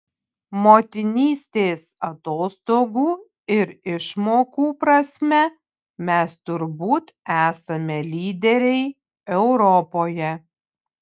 motinystės atostogų ir išmokų prasme mes turbūt esame lyderiai europoje